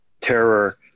terror